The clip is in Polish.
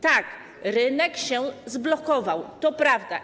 Tak, rynek się zblokował, to prawda.